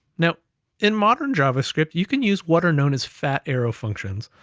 now in modern javascript you can use what are known as fat arrow functions.